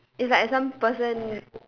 it's like some person